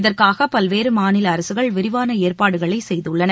இதற்காக பல்வேறு மாநில அரசுகள் விரிவான ஏற்பாடுகளை செய்துள்ளன